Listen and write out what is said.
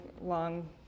long